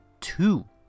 two